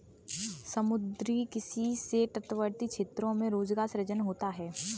समुद्री किसी से तटवर्ती क्षेत्रों में रोजगार सृजन होता है